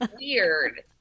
weird